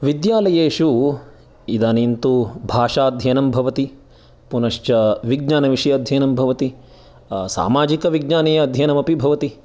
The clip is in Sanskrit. विद्यालयेषु इदानीं तु भाषाध्ययनं भवति पुनश्च विज्ञानविषये अध्ययनं भवति सामाजिकविज्ञाने अध्ययनमपि भवति